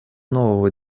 нового